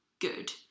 good